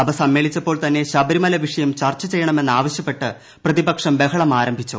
സഭ സമ്മേളിച്ചപ്പോൾ തന്നെ ശബരിമല വിഷയം ചർച്ച ചെയ്യണമെന്ന് ആവശ്യപ്പെട്ട് പ്രതിപക്ഷം ബഹളം ആരംഭിച്ചു